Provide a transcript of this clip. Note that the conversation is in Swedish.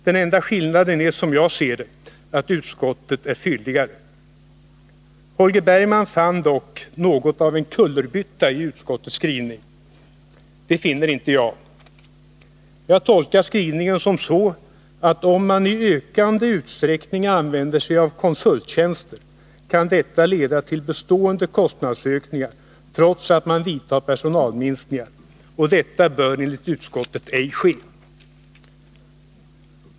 Den enda skillnaden är, som jag ser det, att utskottets är fylligare. Holger Bergman fann dock något av en kullerbytta i utskottets skrivning. Det finner inte jag. Jag tolkar skrivningen så, att om man i ökad utsträckning använder sig av konsulttjänster, kan detta leda till bestående kostnadsökningar, trots att man vidtar personalminskningar. Detta bör enligt utskottet ej ske.